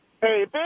Hey